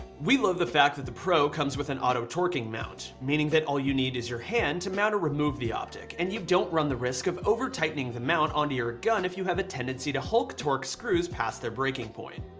we love the fact that the pro comes with an auto torquing mount meaning that all you need is your hand to mount or remove the optic and you don't run the risk of over-tightening the mount onto your gun if you have a tendency to hulk torque screws past their breaking point.